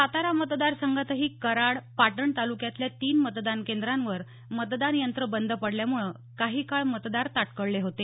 सातारा मतदार संघातही कराड पाटण तालुक्यातल्या तीन मतदान केंद्रावर मतदान यंत्र बंद पडले मुळे काही काळ मतदार ताटकळले होते